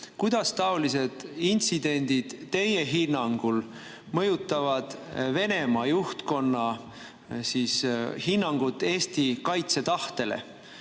kuidas taolised intsidendid teie hinnangul mõjutavad Venemaa juhtkonna hinnangut Eesti kaitsetahtele